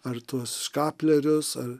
ar tuos škaplerius ar